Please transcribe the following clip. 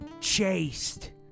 chased